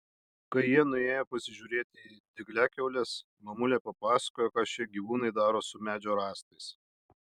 kai jie nuėjo pasižiūrėti į dygliakiaules mamulė papasakojo ką šie gyvūnai daro su medžio rąstais